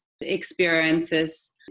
experiences